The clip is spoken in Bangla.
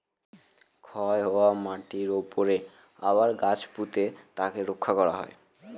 ক্ষয় হওয়া মাটিরর উপরে আবার গাছ পুঁতে তাকে রক্ষা করা হয়